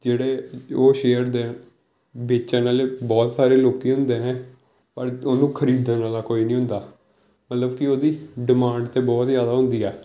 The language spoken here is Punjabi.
ਜਿਹੜੇ ਉਹ ਸ਼ੇਅਰ ਦੇ ਵੇਚਣ ਵਾਲੇ ਬਹੁਤ ਸਾਰੇ ਲੋਕ ਹੁੰਦੇ ਨੇ ਪਰ ਉਹਨੂੰ ਖਰੀਦਣ ਵਾਲਾ ਕੋਈ ਨਹੀਂ ਹੁੰਦਾ ਮਤਲਬ ਕਿ ਉਹਦੀ ਡਿਮਾਂਡ ਤਾਂ ਬਹੁਤ ਜ਼ਿਆਦਾ ਹੁੰਦੀ ਹੈ